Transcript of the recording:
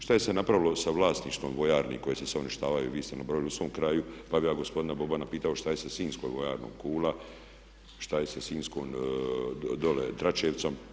Šta je se napravilo sa vlasništvom vojarni koje su se uništavale, vi ste nabrojali u svom kraju, pa bih ja gospodina Bobana pitao šta je sa sinjskom vojarnom Kula, šta je sa sinjskom dole Dračevcom.